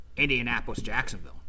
Indianapolis-Jacksonville